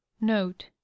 note